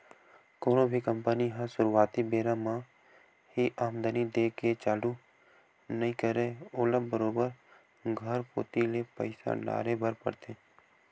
कोनो भी कंपनी ह सुरुवाती बेरा म ही आमदानी देय के चालू नइ करय ओला बरोबर घर कोती ले पइसा डाले बर परथे